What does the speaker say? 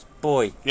Boy